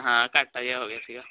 ਹਾਂ ਘੰਟਾ ਜਿਹਾ ਹੋ ਗਿਆ ਸੀਗਾ